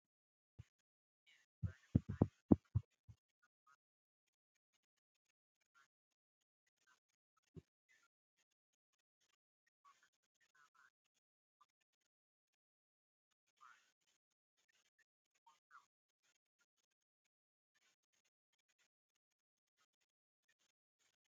Abanyeshuri baje gutangira ku mashuri usanga baba bitwaje udukoresho dutandukanye tuzatuma babaho neza mu gihe cy'amasomo yabo. Abayobozi b'ikigo bafatanyije n'abarimu baba bagomba gusuzuma ibintu abanyeshuri bitwaje kugira ngo barebe ko ntawagize icyo yibagirwa bityo asubire mu rugo kukizana kugira ngo barusheho kumera neza.